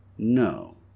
No